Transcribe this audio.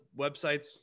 websites